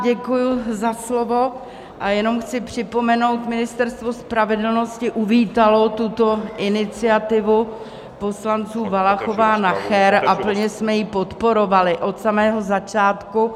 Děkuji za slovo a jenom chci připomenout, Ministerstvo spravedlnosti uvítalo tuto iniciativu poslanců Valachová Nacher a plně jsme ji podporovali od samého začátku.